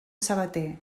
sabater